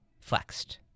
flexed